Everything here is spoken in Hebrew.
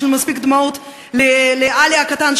יש לנו מספיק דמעות לעלי הקטן,